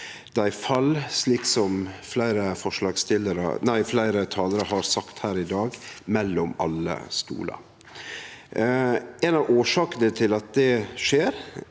Dei fall, som fleire talarar har sagt her i dag, mellom alle stolar. Ei av årsakene til at det skjer,